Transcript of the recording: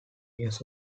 years